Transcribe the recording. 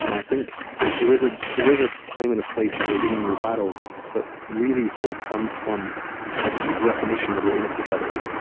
you know i think there is ah there is a time and a place for winning your battle, but but really, hope comes from a deep recognition that we're in it together.